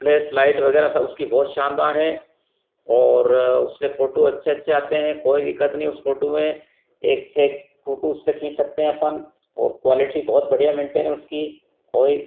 flesh light वगैरह सब उसकी बहुत शानदार है ओर उससे फ़ोटो अच्छे अच्छे आते हैं कोई दिक्कत नहीं उस फोटू में एक से एक फोटू उससे खींच सकते हैं अपन और क्वालिटी बहुत बढ़िया मेनटेन है उसकी कोई